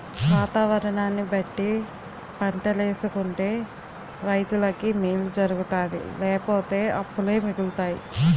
వాతావరణాన్ని బట్టి పంటలేసుకుంటే రైతులకి మేలు జరుగుతాది లేపోతే అప్పులే మిగులుతాయి